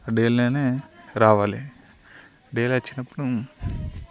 ఆ డేలోనే రావాలి డేలో వచ్చినప్పుడు